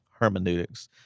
hermeneutics